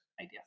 idea